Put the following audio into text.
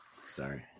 Sorry